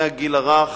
מהגיל הרך